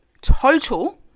total